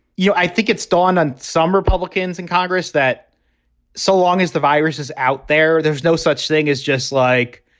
you know, i think it's dawn on some republicans in congress that so long as the virus is out there, there's no such thing as just like.